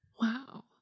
Wow